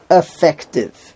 effective